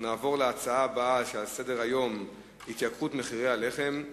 נעבור לנושא הבא שעל סדר-היום: עליית מחירי הלחם,